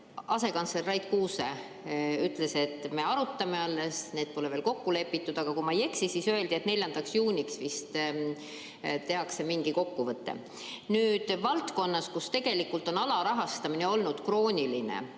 asekantsler Rait Kuuse, et arutatakse alles, need pole veel kokku lepitud. Aga kui ma ei eksi, siis öeldi, et 4. juuniks vist tehakse mingi kokkuvõte. Valdkonnas on tegelikult alarahastamine olnud krooniline